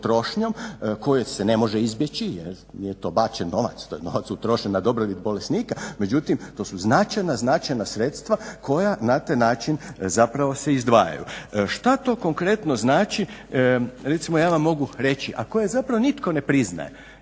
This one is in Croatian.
koje se ne može izbjeći, nije to bačen novac, to je novac utrošen na dobrobit bolesnika. Međutim to su značajna, značajna sredstva koja na taj način zapravo se izdvajaju. Šta to konkretno znači, recimo ja vam mogu reći ako je zapravo nitko ne priznaje